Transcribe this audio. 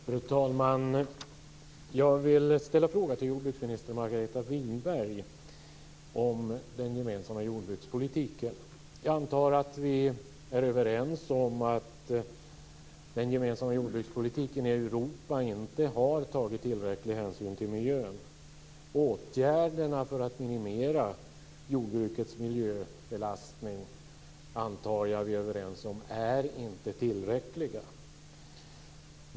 Fru talman! Jag vill ställa en fråga till jordbruksminister Margareta Winberg om den gemensamma jordbrukspolitiken. Jag antar att vi är överens om att den gemensamma jordbrukspolitiken i Europa inte har tagit tillräcklig hänsyn till miljön och att åtgärderna för att minimera jordbrukets miljöbelastning inte är tillräckliga.